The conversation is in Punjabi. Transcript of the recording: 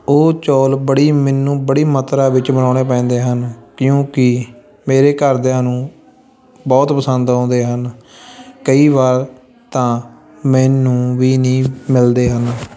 ਉਹ ਚੌਲ ਬੜੀ ਮੈਨੂੰ ਬੜੀ ਮਾਤਰਾ ਵਿੱਚ ਬਣਾਉਣੇ ਪੈਂਦੇ ਹਨ ਕਿਉਂਕਿ ਮੇਰੇ ਘਰਦਿਆਂ ਨੂੰ ਬਹੁਤ ਪਸੰਦ ਆਉਂਦੇ ਹਨ ਕਈ ਵਾਰ ਤਾਂ ਮੈਨੂੰ ਵੀ ਨਹੀਂ ਮਿਲਦੇ ਹਨ